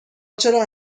چرا